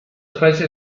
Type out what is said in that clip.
specie